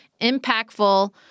impactful